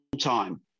time